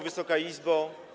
Wysoka Izbo!